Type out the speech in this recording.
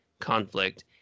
conflict